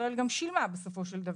וישראל גם שילמה בסופו של דבר.